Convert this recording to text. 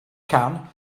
can